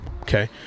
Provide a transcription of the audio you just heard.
Okay